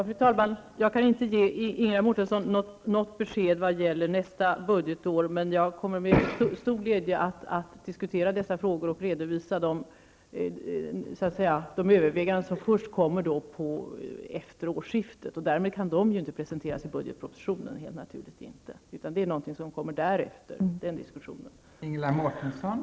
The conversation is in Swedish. Fru talman! Jag kan inte ge Ingela Mårtensson något besked när det gäller nästa budgetår. Jag kommer emellertid att med stor glädje diskutera dessa frågor och redovisa de överväganden som kommer efter årsskiftet. De kan naturligtvis inte redovisas i budgetpropositionen, utan den diskussionen måste tas upp därefter.